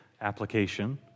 application